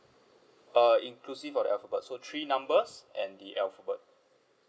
uh inclusive of the alphabet so three numbers and the alphabet